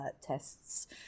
tests